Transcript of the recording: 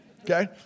Okay